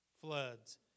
floods